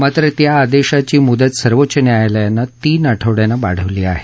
मात्र त्या आदेशाची मुदत सर्वोच्च न्यायालयान तीन आठवड्यानं वाढवली आहे